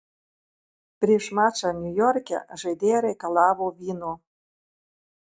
prieš mačą niujorke žaidėja reikalavo vyno